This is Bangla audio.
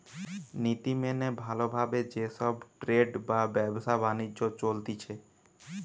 নীতি মেনে ভালো ভাবে যে সব ট্রেড বা ব্যবসা বাণিজ্য চলতিছে